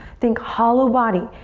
think hollow body.